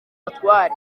batware